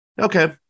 okay